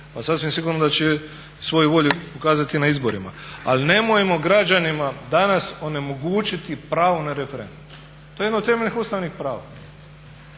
pa sasvim sigurno da će svoju volju pokazati na izborima. Ali nemojmo građanima danas onemogućiti pravo na referendum. To je jedno od temeljnih ustavnih prava.